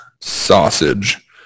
Sausage